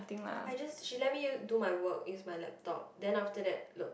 I just she let me use do my work use my laptop then after that look